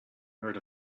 heard